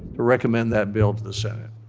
recommend that bill to the senate.